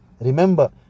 remember